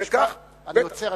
אני עוצר.